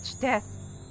death